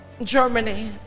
Germany